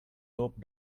rope